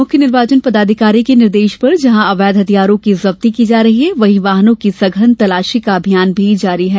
मुख्य निर्वाचन पदाधिकारी के निर्देश पर जहां अवैध हथियारों की जब्ती की जा रही है वहीं वाहनों की सघन तलाशी का अभियान जारी है